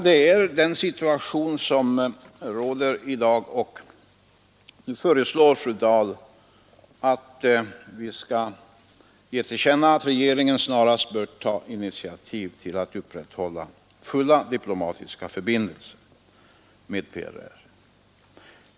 Det är den situationen som råder i dag. Nr 132 Men nu föreslår fru Dahl ”att riksdagen som sin mening ger till känna Onsdagen den att regeringen snarast bör ta initiativ till att upprätta fulla diplomatiska —g december 1972 regering”.